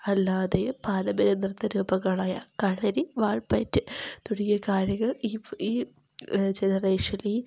അല്ലാതെയും പാരമ്പര്യ നൃത്തരൂപങ്ങളായ കളരി വാൾപ്പയറ്റ് തുടങ്ങിയ കാര്യങ്ങൾ ഈ ഈ ജനറേഷനിൽ